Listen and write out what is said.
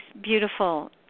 beautiful